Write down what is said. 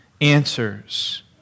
answers